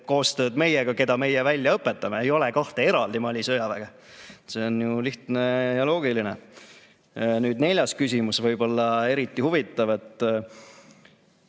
koostööd meiega, keda meie välja õpetame. Ei ole kahte eraldi Mali sõjaväge. See on ju lihtne ja loogiline. Neljas küsimus on võib-olla eriti huvitav.